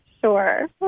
Sure